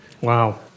Wow